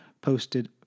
posted